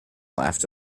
laughed